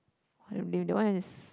damn lame that one is